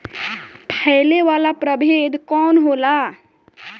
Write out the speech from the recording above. फैले वाला प्रभेद कौन होला?